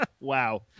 wow